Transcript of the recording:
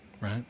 Right